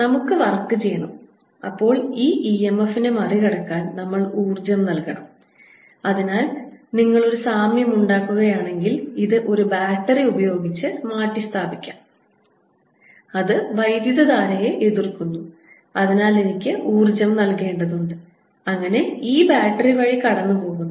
നമുക്ക് വർക്ക് ചെയ്യണം അപ്പോൾ ഈ EMF മറികടക്കാൻ നമ്മൾ ഊർജ്ജം നൽകണം അതിനാൽ നിങ്ങൾ ഒരു സാമ്യം ഉണ്ടാക്കുകയാണെങ്കിൽ ഇത് ഒരു ബാറ്ററി ഉപയോഗിച്ച് മാറ്റിസ്ഥാപിക്കാനാകും അത് വൈദ്യുതധാരയെ എതിർക്കുന്നു അതിനാൽ എനിക്ക് ഊർജ്ജം നൽകണം അങ്ങനെ ഈ ബാറ്ററി വഴി കറന്റ് കടന്നുപോകുന്നു